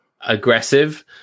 aggressive